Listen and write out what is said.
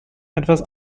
etwas